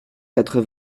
quatre